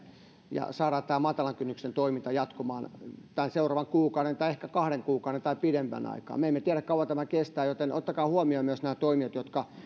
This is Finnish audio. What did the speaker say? ja saada tämän matalan kynnyksen toiminnan jatkumaan tämän seuraavan kuukauden tai ehkä kahden kuukauden tai pidemmän ajan me emme tiedä kauanko tämä kestää joten ottakaa huomioon myös nämä toimijat jotka